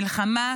מלחמה,